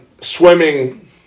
swimming